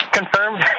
confirmed